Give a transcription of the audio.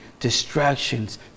distractions